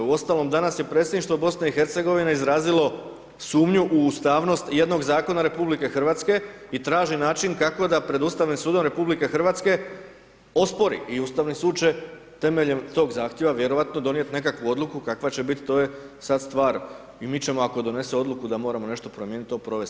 Uostalom, danas je Predsjedništvo BiH-a izrazilo sumnju u ustavnost jednog zakona RH i traže način kako da pred Ustavnim sudom RH ospori i Ustavni sud će temeljem tog zahtjeva vjerovatno donijeti nekakvu odluku kakva će biti, to je sad stvar, mi ćemo ako donese odluku da moramo nešto promijeniti, to provesti.